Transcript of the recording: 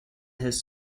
his